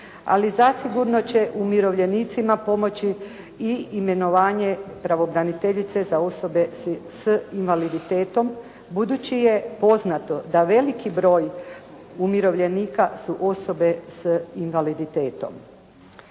ali zasigurno će umirovljenicima pomoći i imenovanje pravobraniteljice za osobe s invaliditetom budući je poznato da veliki broj umirovljenika su osobe sa invaliditetom.